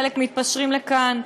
חלק מתפשרים לכאן.